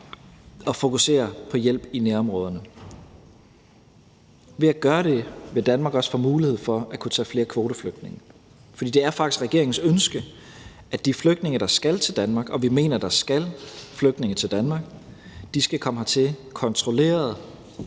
og fokusere på hjælp i nærområderne. Ved at gøre det vil Danmark også få mulighed for at kunne tage flere kvoteflygtninge, for det er faktisk regeringens ønske, at de flygtninge, der skal til Danmark – og vi mener, at der skal flygtninge til Danmark – skal komme hertil kontrolleret